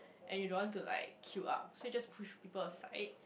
and you don't want to like queue up so you just push people aside